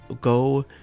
go